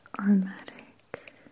aromatic